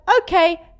okay